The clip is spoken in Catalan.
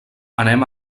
anem